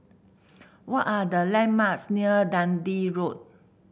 what are the landmarks near Dundee Road